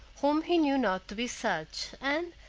whom he knew not to be such, and,